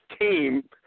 team